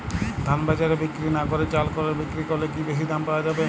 ধান বাজারে বিক্রি না করে চাল কলে বিক্রি করলে কি বেশী দাম পাওয়া যাবে?